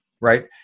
Right